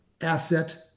asset